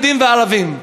יהודים וערבים.